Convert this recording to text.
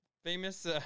Famous